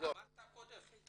אמרת קודם.